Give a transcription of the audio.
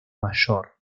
mayor